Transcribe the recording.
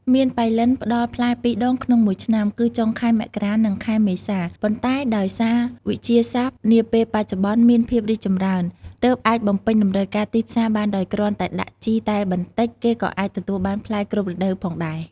មៀនប៉ៃលិនផ្ដល់ផ្លែ ២ដងក្នុងមួយឆ្នាំ គឺចុងខែមករា និង ខែមេសា ប៉ុន្ដែដោយសារវិទ្យាសាស្ដ្រនាពេលបច្ចុប្បន្នមានភាពរីកចម្រើនទើបអាចបំពេញតម្រូវការទីផ្សារបានដោយគ្រាន់តែដាក់ជីតែបន្តិច គេក៏អាចទទួលបានផ្លែគ្រប់រដូវផងដែរ។